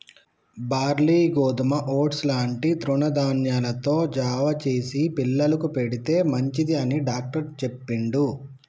barley గోధుమ oats లాంటి తృణ ధాన్యాలతో జావ చేసి పిల్లలకు పెడితే మంచిది అని డాక్టర్ చెప్పిండు